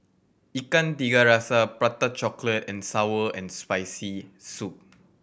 Ikan Tiga Rasa Prata Chocolate and sour and Spicy Soup